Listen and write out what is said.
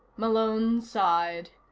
malone sighed.